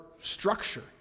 structure